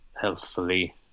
healthfully